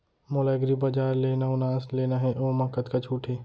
मोला एग्रीबजार ले नवनास लेना हे ओमा कतका छूट हे?